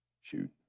shoot